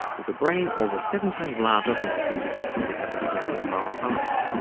with a brain over seven times larger than that predicted for the average mammal of our size.